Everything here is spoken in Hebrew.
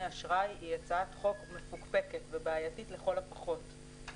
אשראי היא הצעת חוק מפוקפקת ובעייתית לכל הפחות.